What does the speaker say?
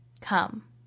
Come